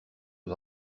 aux